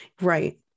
right